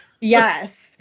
Yes